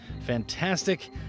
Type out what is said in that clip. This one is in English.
fantastic